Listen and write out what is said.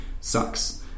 sucks